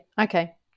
okay